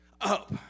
up